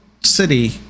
City